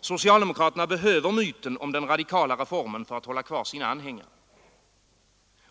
Socialdemokraterna behöver myten om den radikala reformen för att hålla kvar sina anhängare.